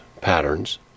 patterns